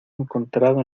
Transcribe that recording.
encontrado